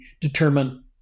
determine